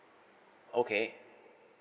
okay